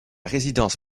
résidence